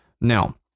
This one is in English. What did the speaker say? Now